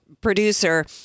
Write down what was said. producer